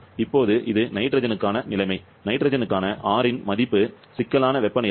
இப்போது இது நைட்ரஜனுக்கான நிலைமை நைட்ரஜனுக்கான R இன் மதிப்பு சிக்கலான வெப்பநிலை 126